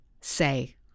say